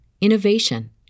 innovation